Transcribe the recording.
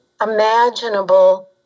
imaginable